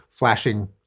flashing